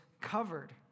covered